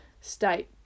state